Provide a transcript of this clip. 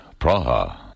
Praha